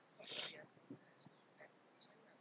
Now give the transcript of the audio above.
yes yes correct